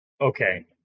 Okay